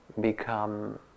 become